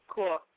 Cool